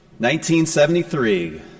1973